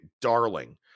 darling